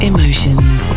Emotions